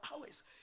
hours